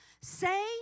Say